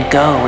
go